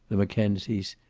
the mackenzies,